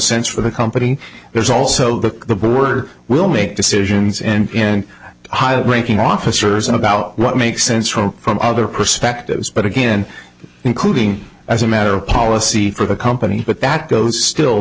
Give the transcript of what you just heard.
sense for the company there's also look the worker will make decisions in higher breaking officers about what makes sense from from other perspectives but again including as a matter of policy for the company but that goes still